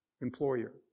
employer